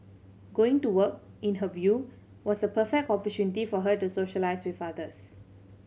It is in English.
going to work in her view was a perfect opportunity for her to socialise with others